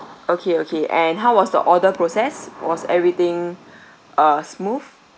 okay okay and how was the order process was everything uh smooth